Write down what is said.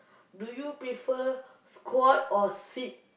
do you prefer squat or sit